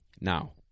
now